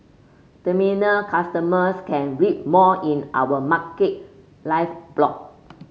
terminal customers can read more in our Market Live blog